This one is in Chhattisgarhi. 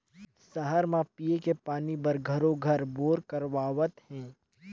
सहर म पिये के पानी बर घरों घर बोर करवावत हें